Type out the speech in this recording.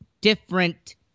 different